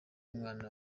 mwana